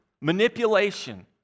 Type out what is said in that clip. manipulation